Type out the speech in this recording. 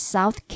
South